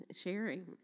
sharing